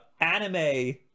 anime